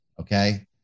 okay